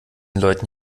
leuten